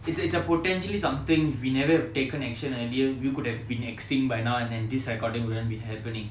it's a it's a potentially something we never have taken action earlier we could have been extinct by now and then this recording wouldn't be happening